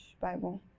bible